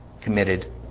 committed